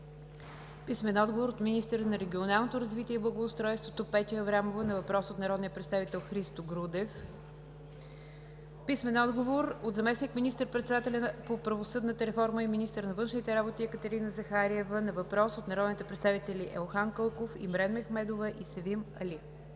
Иванов; - министъра на регионалното развитие и благоустройството Петя Аврамова на въпрос от народния представител Христо Грудев; - заместник министър-председателя по правосъдната реформа и министър на външните работи Екатерина Захариева на въпрос от народните представители Елхан Кълков, Имрен Мехмедова и Севим Али.